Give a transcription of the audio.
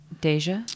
Deja